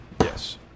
Yes